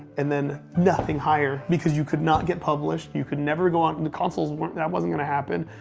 and then nothing higher, because you could not get published, you could never go on and the consoles. that wasn't gonna happen.